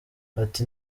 ati